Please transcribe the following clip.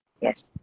Yes